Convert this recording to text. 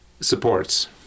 supports